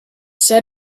said